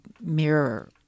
mirror